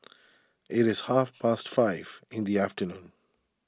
it is half past five in the afternoon